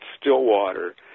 Stillwater